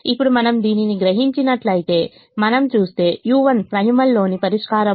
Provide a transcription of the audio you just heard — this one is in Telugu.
ఇప్పుడు మనం దీనిని గ్రహించినట్లయితే మనం చూస్తే u1 ప్రైమల్ లోని పరిష్కారంలో ఉంది